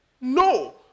No